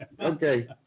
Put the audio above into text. Okay